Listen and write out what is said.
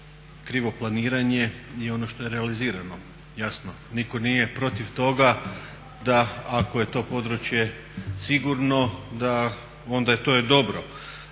krivo planiranje i ono što je realizirano. Jasno nitko nije protiv toga da ako je to područje sigurno da onda to je dobro,